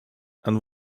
and